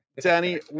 Danny